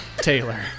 taylor